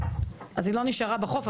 אז היא לא נשארה בחוף,